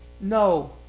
No